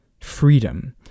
Freedom